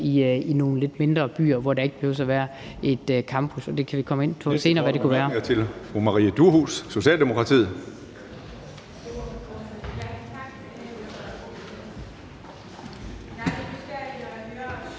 i nogle lidt mindre byer, hvor der ikke behøver at være en campus. Vi kan komme ind på senere, hvad det kunne være.